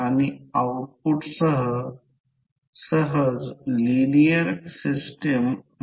तर हा R1 j L1 coil 1 चा इम्पेडन्स आहे